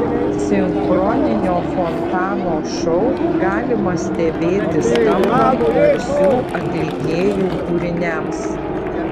sinchroninio fontano šou galima stebėti skambant garsių atlikėjų kūriniams